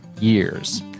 years